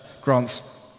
grants